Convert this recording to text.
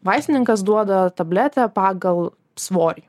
vaistininkas duoda tabletę pagal svorį